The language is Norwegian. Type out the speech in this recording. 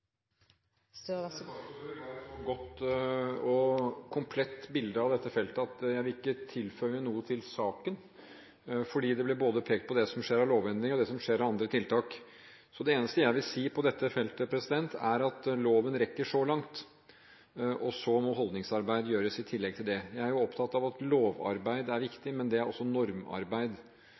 et så godt og komplett bilde av dette feltet at jeg ikke vil tilføye noe til saken, for det ble både pekt på det som skjer av lovendringer og det som skjer av andre tiltak. Så det eneste jeg vil si på dette feltet, er at loven rekker så langt, og så må holdningsarbeid gjøres i tillegg til det. Jeg er opptatt av at lovarbeid er viktig, men det er også normarbeid.